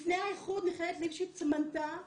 לפני האיחוד מכללת ליפשיץ מנתה